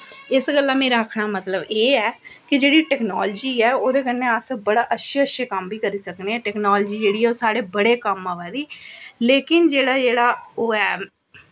इस गल्ला मेरा आक्खने दा मतलब एह् ऐ कि जेह्ड़ी टैकनॉलजी ऐ ओह्दे कन्नै अस बड़े अच्छे अच्छे कम्म बी करी सकने आं टैकनॉलजी जेह्ड़ी ऐ ओह् साढ़े बड़े कम्म अवा दी लेकिन जेह्ड़ा जेह्ड़ा ओह् ऐ